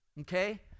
okay